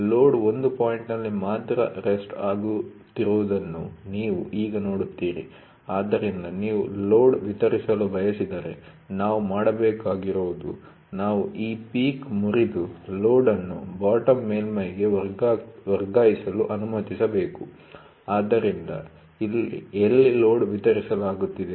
load ಒಂದು ಪಾಯಿಂಟ್'ನಲ್ಲಿ ಮಾತ್ರ ರೆಸ್ಟ್ ಆಗುತ್ತಿರುವುದನ್ನು ನೀವು ಈಗ ನೋಡುತ್ತೀರಿ ಆದ್ದರಿಂದ ನೀವು ಲೋಡ್ ವಿತರಿಸಲು ಬಯಸಿದರೆ ನಾವು ಮಾಡಬೇಕಾಗಿರುವುದು ನಾವು ಈ ಪೀಕ್ ಮುರಿದು ಲೋಡ್ ಅನ್ನು ಬಾಟಮ್ ಮೇಲ್ಮೈ'ಗೆ ವರ್ಗಾಯಿಸಲು ಅನುಮತಿಸಬೇಕು ಆದ್ದರಿಂದ ಎಲ್ಲಿ ಲೋಡ್ ವಿತರಿಸಲಾಗುತ್ತಿದೆ